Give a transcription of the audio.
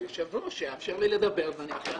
הדיון הוא תמיד